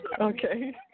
Okay